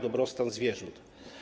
Dobrostan zwierząt.